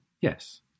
yes